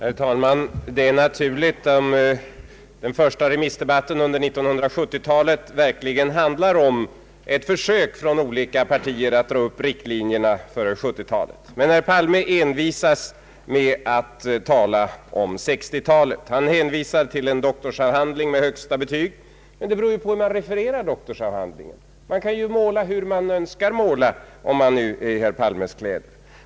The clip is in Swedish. Herr talman! Det är naturligt om den första remissdebatten under 1970-talet verkligen handlar om ett försök från olika partier att dra upp riktlinjerna för 1970-talet. Men herr Palme envisas med att tala om 1960-talet. Han hänvisar till en doktorsavhandling med högsta betyg, men det avgörande är ju hur man refererar doktorsavhandlingen. Man kan måla hur man önskar måla, om man är i herr Palmes kläder.